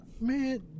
Man